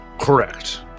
Correct